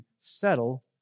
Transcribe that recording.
settle